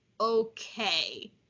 okay